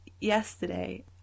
yesterday